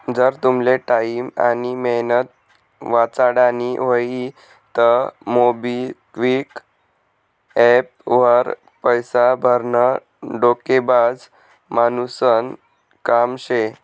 जर तुमले टाईम आनी मेहनत वाचाडानी व्हयी तं मोबिक्विक एप्प वर पैसा भरनं डोकेबाज मानुसनं काम शे